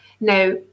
Now